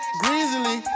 greasily